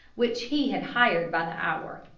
which he had hired by the hour.